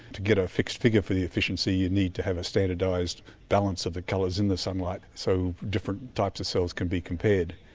to get a fixed figure for the efficiency you need to have a standardised balance of the colours in the sunlight so different types of cells can be compared.